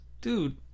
Dude